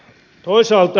toisaalta